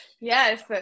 yes